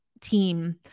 team